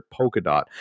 Polkadot